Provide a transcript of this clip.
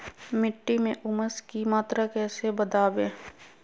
मिट्टी में ऊमस की मात्रा कैसे बदाबे?